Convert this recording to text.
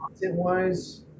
content-wise